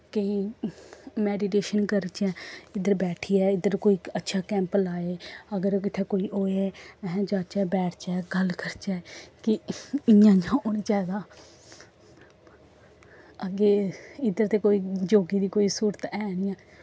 ते मैडिटेशन करचै इद्धर बैठियै इद्धर कोई अच्छा कैंप लाए अगर इत्थें कोई होए अस जाच्चै बैठचै गल्ल करचै कि इ'यां इ'यां होना चाहिदा अग्गें इद्धर ते योगे दी कोई स्हूलत है निं ऐ